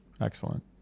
Excellent